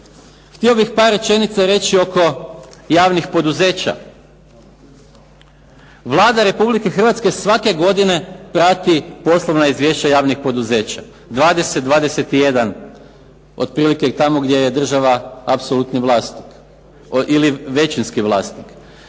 Htio bih par rečenica reći oko javnih poduzeća. Vlada Republike Hrvatske svake godine prati poslovna izvješća javnih poduzeća, 20, 21 otprilike tamo gdje je država apsolutni vlasnik ili većinski vlasnik.